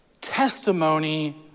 testimony